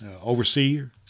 overseer